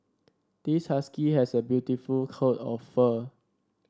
this husky has a beautiful coat of fur